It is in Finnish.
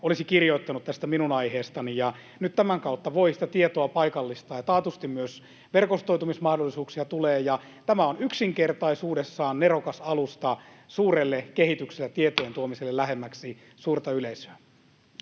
olisi kirjoittanut tästä minun aiheestani, ja nyt tämän kautta voi sitä tietoa paikallistaa. Taatusti myös verkostoitumismahdollisuuksia tulee. Tämä on yksinkertaisuudessaan nerokas alusta suurelle kehitykselle ja tietojen tuomiselle lähemmäksi suurta yleisöä.